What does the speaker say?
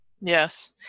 Yes